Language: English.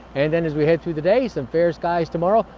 and then as we head through the day, some fair skies tomorrow,